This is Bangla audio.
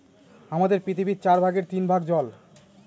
আমাদের পৃথিবীর চার ভাগের তিন ভাগ জল